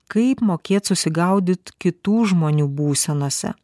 kaip mokėt susigaudyt kitų žmonių būsenose